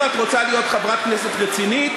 אם את רוצה להיות חברת כנסת רצינית,